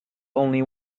only